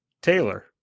Taylor